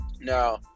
Now